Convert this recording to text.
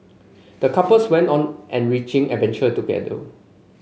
the couples went on an enriching adventure together